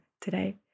today